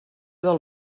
del